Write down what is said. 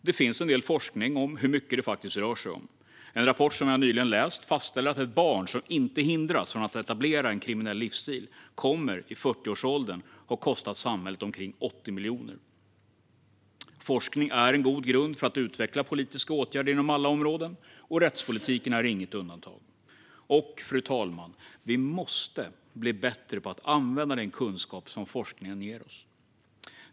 Det finns en del forskning om hur mycket det faktiskt rör sig om. En rapport som jag nyligen har läst fastställer att ett barn som inte hindras från att etablera en kriminell livsstil kommer i 40-årsåldern att ha kostat samhället omkring 80 miljoner. Forskning är en god grund för att utveckla politiska åtgärder inom alla områden, och rättspolitiken är inget undantag. Och, fru talman, vi måste bli bättre på att använda den kunskap som forskningen ger oss.